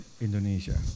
Indonesia